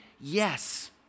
yes